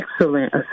excellent